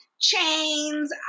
chains